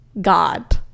God